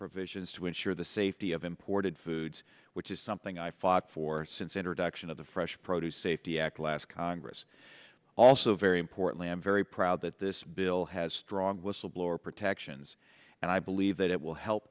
provisions to insure the safety of imported foods which is something i fought for since introduction of the fresh produce safety act last congress also very importantly i'm very proud that this bill has strong whistleblower protections and i believe that it will help